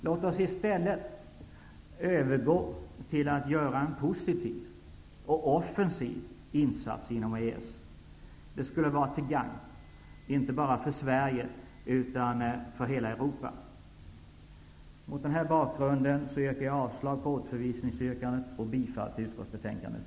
Låt oss i stället övergå till att göra en positiv och offensiv insats inom EES. Det skulle vara till gagn inte bara för Sverige utan för hela Europa. Mot denna bakgrund yrkar jag avslag på återförvisningsyrkandet och bifall till utskottsbetänkandet.